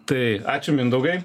tai ačiū mindaugai